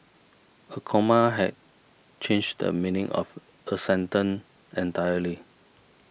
a comma had change the meaning of a sentence entirely